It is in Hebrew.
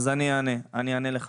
אז אני אענה לחנה.